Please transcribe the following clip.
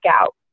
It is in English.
out